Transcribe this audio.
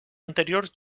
anteriors